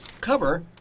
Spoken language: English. cover